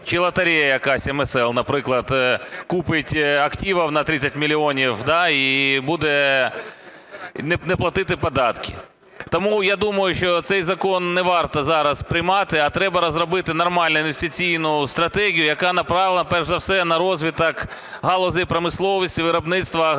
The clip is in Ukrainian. чи лотерея якась МСЛ, наприклад, купить активів на 30 мільйонів і буде не платити податки. Тому я думаю, що цей закон не варто зараз приймати, а треба розробити нормальну інвестиційну стратегію, яка направлена, перш за все, на розвиток галузей промисловості, виробництво аграрних і